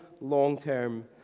long-term